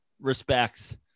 respects